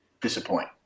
disappoint